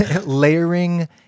layering